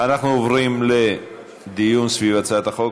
אנחנו עוברים לדיון בהצעת החוק.